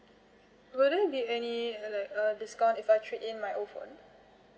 will there be any like uh discount if I trade in my old phone